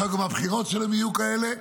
עכשיו גם הבחירות שלהם יהיו כאלה?